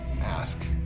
ask